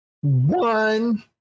one